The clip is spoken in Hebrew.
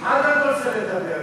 אחד רק רוצה לדבר,